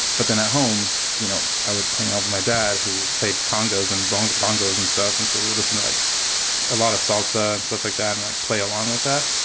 but then at home, you know, i would hang out with my dad who played congas and boehnke bongos and stuff. and so we would listen like a lot of salsa and stuff like that and like play along with that.